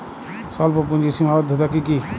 স্বল্পপুঁজির সীমাবদ্ধতা কী কী?